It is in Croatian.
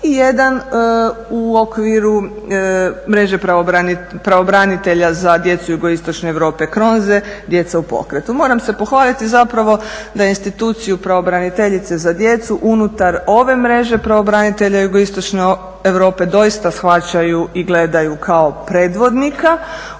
i jedan u okviru mreže pravobranitelja za djecu jugoistočne Europe …/Govornica se ne razumije./… "Djeca u pokretu". Moram se pohvaliti zapravo da instituciju pravobraniteljice za djecu unutar ove mreže pravobranitelja jugoistočne Europe doista shvaćaju i gledaju kao predvodnika u